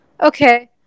Okay